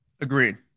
Agreed